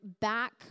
back